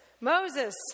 Moses